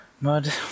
Mud